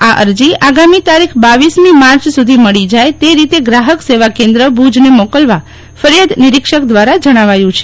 આ અરજી આગામી તારીખ રર મી માર્ચ સુધી મળી જાય તે રીતે ગ્રાફક સેવા કેન્દ્ર ભુજ ને મોકલવા ફરિયાદ નિરિક્ષક દ્વારા જણાવાયું છે